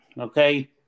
okay